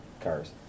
cars